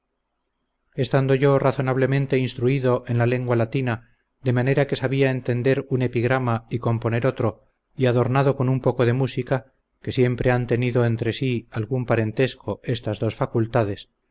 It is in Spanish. estando yo razonablemente instruido en la lengua latina de manera que sabía entender un epigrama y componer otro y adornado con un poco de música que siempre han tenido entre sí algún parentesco estas dos facultades por la inquietud natural que siempre tengo y he tenido quise ir a